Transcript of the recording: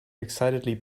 excitedly